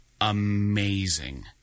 amazing